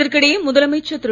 இதற்கிடையே முதலமைச்சர் திரு